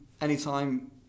anytime